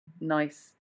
nice